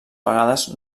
vegades